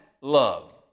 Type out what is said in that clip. love